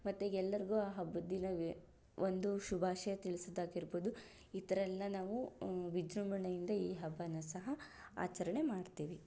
ಮತ್ತೆ ಎಲ್ಲರಿಗೂ ಆ ಹಬ್ಬದ ದಿನವೇ ಒಂದು ಶುಭಾಷಯ ತಿಳಿಸೋದಾಗಿರ್ಬೋದು ಈತ್ರೆಲ್ಲ ನಾವು ವಿಜೃಂಭಣೆಯಿಂದ ಈ ಹಬ್ಬನೂ ಸಹ ಆಚರಣೆ ಮಾಡ್ತೀವಿ